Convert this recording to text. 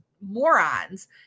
morons